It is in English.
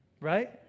Right